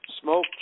smoke